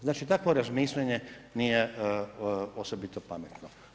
Znači, takvo razmišljanje nije osobito pametno.